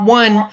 one